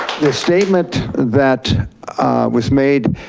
the statement that was made,